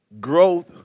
Growth